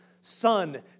son